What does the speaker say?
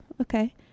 okay